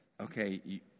okay